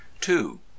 two